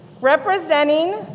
Representing